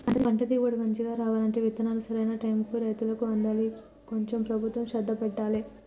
పంట దిగుబడి మంచిగా రావాలంటే విత్తనాలు సరైన టైముకు రైతులకు అందాలి కొంచెం ప్రభుత్వం శ్రద్ధ పెట్టాలె